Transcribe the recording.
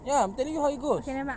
ya I'm telling you how it goes